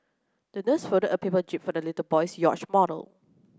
the nurse folded a paper jib for the little boy's yacht model